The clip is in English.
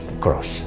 cross